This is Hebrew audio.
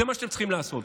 זה מה שאתם צריכים לעשות.